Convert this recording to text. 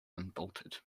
unbolted